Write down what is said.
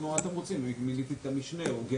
הוא יגיד שהוא מינה את המשנה והוא גבר.